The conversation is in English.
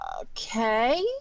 Okay